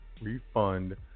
refund